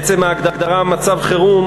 עצם ההגדרה "מצב חירום"